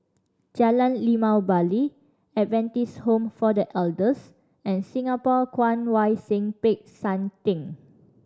Jalan Limau Bali Adventist Home for The Elders and Singapore Kwong Wai Siew Peck San Theng